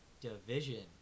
division